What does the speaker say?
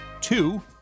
two